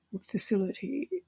facility